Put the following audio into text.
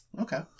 Okay